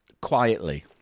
quietly